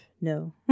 No